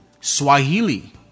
Swahili